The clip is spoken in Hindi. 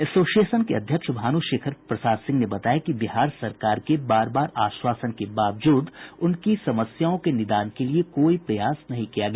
एसोसिएशन के अध्यक्ष भानू शेखर प्रसाद सिंह ने बताया कि बिहार सरकार के बार बार आश्वासन के बावजूद उनकी समस्याओं के निदान के लिए कोई प्रयास नहीं किया गया